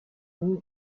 nie